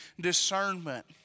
discernment